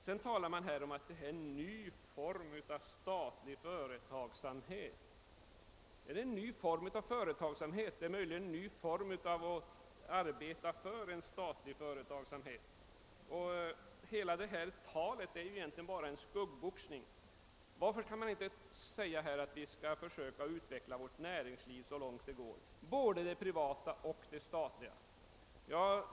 Sedan har det talats om att vi här har en ny form av statlig företagsamhet, men det kan jag inte finna. Möjligen är det en ny form att arbeta för statlig företagsamhet. Hela det talet är egentligen bara en skuggboxning. Varför kan man inte säga att vi skall försöka utveckla både det privata och det statliga näringslivet så långt det går?